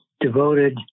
devoted